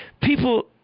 people